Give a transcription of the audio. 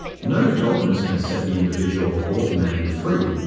no dogma can set the individual, or humanity, free,